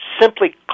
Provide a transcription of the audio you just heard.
simply